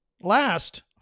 last